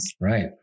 Right